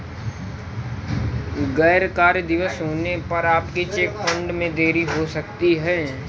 गैर कार्य दिवस होने पर आपके चेक फंड में देरी हो सकती है